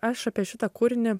aš apie šitą kūrinį